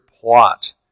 plot